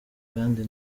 kandi